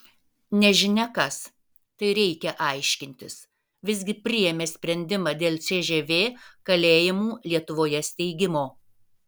nežinia kas tai reikia aiškintis visgi priėmė sprendimą dėl cžv kalėjimų lietuvoje steigimo